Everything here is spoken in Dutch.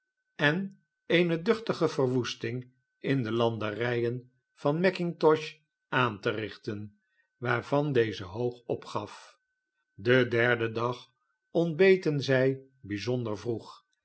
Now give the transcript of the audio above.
en eene duchtige verwoesting in de lande rijeh van mackintosh aan te richten waarvan deze hoog opgaf den derden dag ontbeten zij bijzonder vroeg